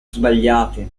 sbagliate